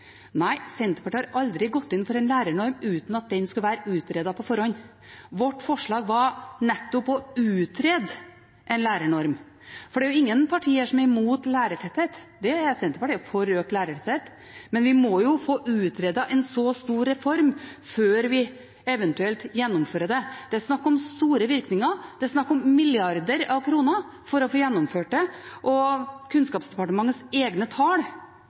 Nei, Senterpartiet har aldri gått inn for en lærernorm uten at den skulle være utredet på forhånd. Vårt forslag var nettopp å utrede en lærernorm. Det er ingen partier som er imot lærertetthet – Senterpartiet er også for økt lærertetthet – men vi må jo få utredet en så stor reform før vi eventuelt gjennomfører den. Det er snakk om store virkninger, det er snakk om milliarder av kroner for å få gjennomført den. Kunnskapsdepartementets egne tall,